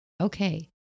Okay